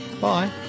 Bye